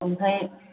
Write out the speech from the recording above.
ओमफ्राय